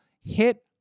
hit